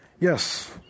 yes